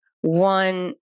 one